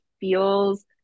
feels